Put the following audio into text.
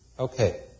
Okay